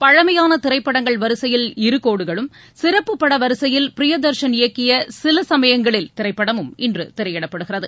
பழமையான திரைப்படங்கள் வரிசையில் இருகோடுகளும் சிறப்புப் படவரிசையில் பிரியதர்ஷன் இயக்கிய சிலசமயங்களில் திரைப்படமும் இன்று திரையிடப்படுகிறது